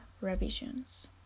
revisions